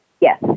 Yes